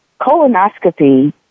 colonoscopy